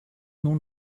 nun